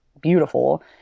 beautiful